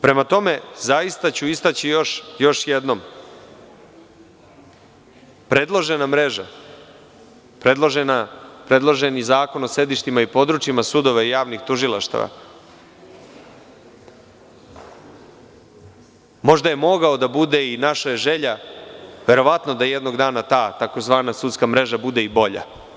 Prema tome, zaista ću istaći još jednom, predložena mreža, predloženi zakon o sedištima i područjima sudova i javnih tužilaštava možda je mogao da bude i naša želja, verovatno da jednog dana ta tzv. „sudska mreža“ bude i bolja.